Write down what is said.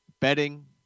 betting